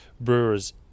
brewer's